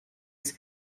است